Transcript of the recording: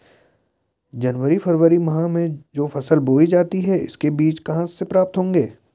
जनवरी फरवरी माह में जो फसल बोई जाती है उसके बीज कहाँ से प्राप्त होंगे?